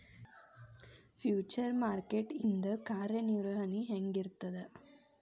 Future market ಇಂದ್ ಕಾರ್ಯನಿರ್ವಹಣಿ ಹೆಂಗಿರ್ತದ?